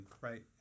Right